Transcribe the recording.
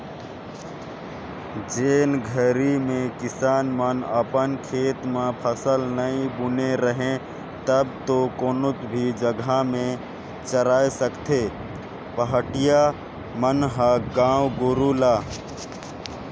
जेन घरी में किसान मन अपन खेत म फसल नइ बुने रहें तब तो कोनो भी जघा में चराय सकथें पहाटिया मन ह गाय गोरु ल